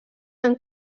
amb